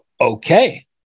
okay